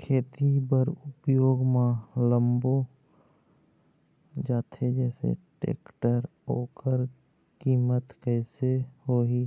खेती बर उपयोग मा लाबो जाथे जैसे टेक्टर ओकर कीमत कैसे होही